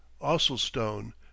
Osselstone